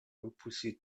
repousser